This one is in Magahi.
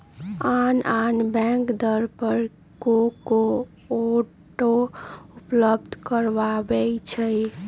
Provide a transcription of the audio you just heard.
आन आन बैंक दर पर को को ऑटो उपलब्ध करबबै छईं